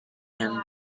can